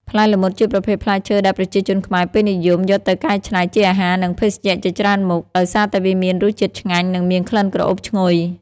ផ្លែល្មុត ជាប្រភេទផ្លែឈើដែលប្រជាជនខ្មែរពេញនិយមយកទៅកែច្នៃជាអាហារ និងភេសជ្ជៈជាច្រើនមុខ ដោយសារតែវាមានរសជាតិឆ្ងាញ់ និងមានក្លិនក្រអូបឈ្ងុយ។